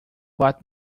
what